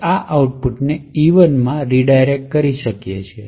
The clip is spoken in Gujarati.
આપણે આ આઉટપુટને e1 માં રીડાયરેક્ટ કરી શકીએ છીએ